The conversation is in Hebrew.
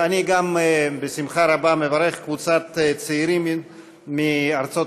בשמחה רבה אני גם מברך קבוצת צעירים מארצות-הברית